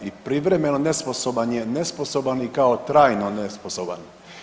I privremeno nesposoban je nesposoban i kao trajno nesposoban.